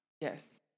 Yes